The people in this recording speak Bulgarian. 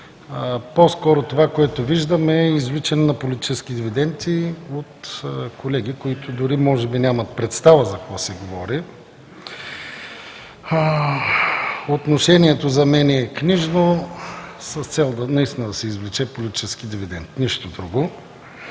по-скоро това, което виждаме е извличане на политически дивиденти от колеги, които дори може би нямат представа за какво се говори. Отношението за мен е книжно, с цел да се извлече политически дивидент. Нищо друго.